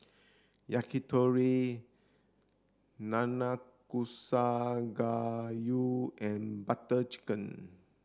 Yakitori Nanakusa Gayu and Butter Chicken